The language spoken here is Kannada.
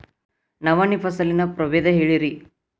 ನವಣಿ ಫಸಲಿನ ಪ್ರಭೇದ ಹೇಳಿರಿ